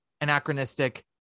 anachronistic